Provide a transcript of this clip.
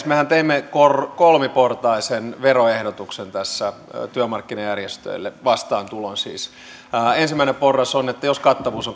mehän teimme kolmiportaisen veroehdotuksen tässä työmarkkinajärjestöille vastaantulon siis ensimmäinen porras on että jos kattavuus